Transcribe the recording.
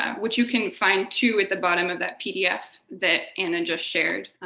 um which you can find to at the bottom of that pdf that anna just shared.